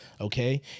Okay